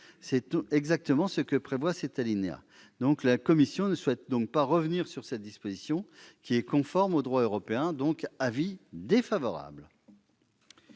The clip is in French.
C'est exactement ce que prévoit l'alinéa 11. La commission ne souhaitant pas revenir sur cette disposition qui est conforme au droit européen, l'avis est défavorable.